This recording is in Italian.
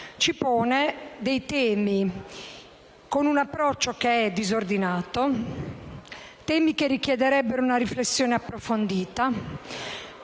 ci pone dei temi con un approccio disordinato. Si tratta di temi che richiederebbero una riflessione approfondita,